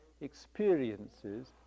experiences